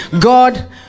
God